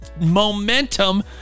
momentum